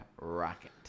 Rocket